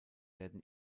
werden